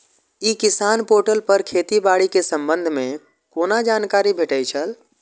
ई किसान पोर्टल पर खेती बाड़ी के संबंध में कोना जानकारी भेटय छल?